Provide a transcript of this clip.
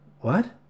What